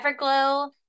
Everglow